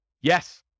Yes